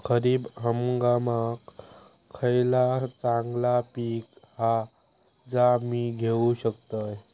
खरीप हंगामाक खयला चांगला पीक हा जा मी घेऊ शकतय?